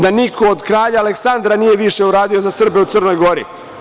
Da niko od kralja Aleksandra nije više uradio za Srbe u Crnoj Gori.